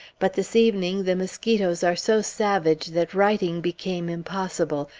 but this evening, the mosquitoes are so savage that writing became impossible,